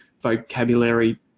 vocabulary